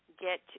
get